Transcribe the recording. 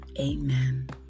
amen